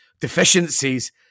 deficiencies